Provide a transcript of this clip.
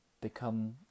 become